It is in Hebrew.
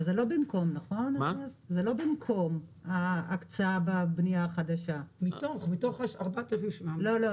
זה לא במקום ההקצאה בבנייה החדשה, נכון?